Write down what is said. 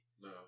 No